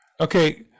Okay